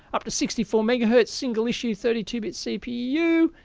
up to sixty four megahertz, single issue thirty two bit cpu,